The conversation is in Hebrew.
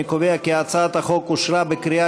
אני קובע כי הצעת החוק אושרה בקריאה